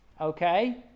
Okay